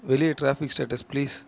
வெளியே traffic status please